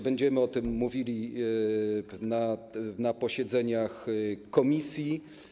Będziemy o tym mówili na posiedzeniach komisji.